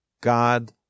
God